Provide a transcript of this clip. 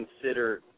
consider